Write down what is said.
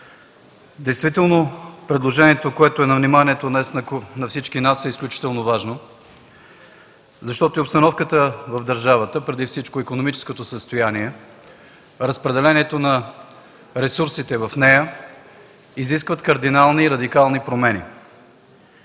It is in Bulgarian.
Действително предложението, което днес е на вниманието на всички нас, е изключително важно, защото и обстановката в държавата, преди всичко икономическото състояние, разпределението на ресурсите в нея, изискват кардинални и радикални промени.